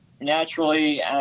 naturally